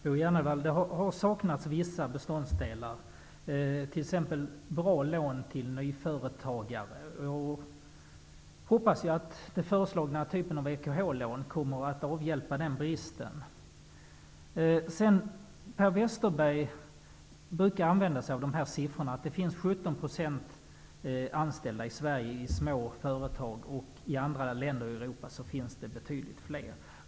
Herr talman! Det har, Bo G Jenevall, saknats vissa beståndsdelar, t.ex. bra lån till nyföretagande, men jag hoppas att den föreslagna typen av EKH-lån kommer att avhjälpa den bristen. Per Westerberg brukar säga att det i Sverige finns 17 % anställda i små företag men att det i andra länder i Europa är betydligt fler.